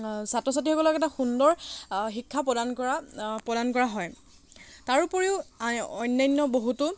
ছাত্ৰ ছাত্ৰীসকলক এটা সুন্দৰ শিক্ষা প্ৰদান কৰা প্ৰদান কৰা হয় তাৰোপৰিও অনান্য বহুতো